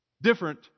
Different